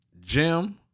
Jim